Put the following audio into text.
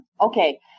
Okay